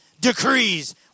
decrees